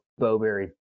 Bowberry